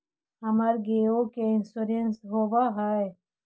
हमर गेयो के इंश्योरेंस होव है?